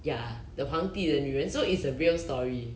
ya the 皇帝的女人 so it's a real story